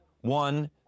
one